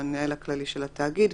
המנהל הכללי של התאגיד,